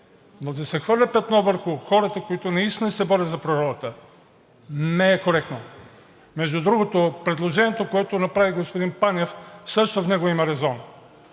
но да се хвърля петно върху хората, които наистина се борят за природата, не е коректно. Между другото, в предложението, което направи господин Панев, в него също има резон.